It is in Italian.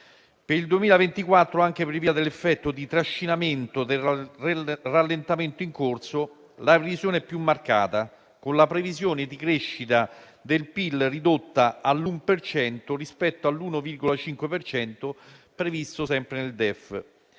Per il 2024, anche per via dell'effetto di trascinamento del rallentamento in corso, la revisione è più marcata, con la previsione di crescita del PIL ridotta all'uno per cento rispetto all'1,5 per cento, previsto sempre nel DEF,